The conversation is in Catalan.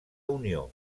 unió